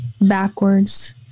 backwards